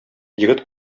егет